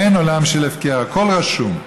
אין עולם של הפקר, הכול רשום.